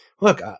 look